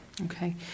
okay